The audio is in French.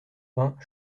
vingt